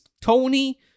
Tony